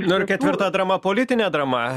nu ir ketvirta drama politinė drama